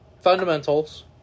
Fundamentals